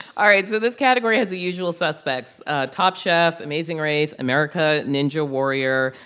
all right. so this category has the usual suspects top chef, amazing race, america ninja warrior,